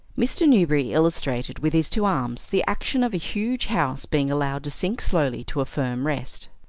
mr. newberry illustrated with his two arms the action of a huge house being allowed to sink slowly to a firm rest.